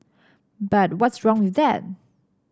but what's wrong with that